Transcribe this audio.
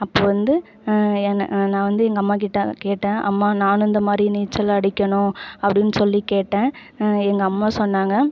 அப்புறம் வந்து நான் வந்து எங்கள் அம்மாகிட்ட கேட்டேன் அம்மா நானும் இந்த மாதிரி நீச்சல் அடிக்கணும் அப்படின் சொல்லி கேட்டேன் எங்கள் அம்மா சொன்னாங்க